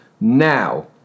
now